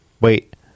Wait